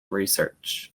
research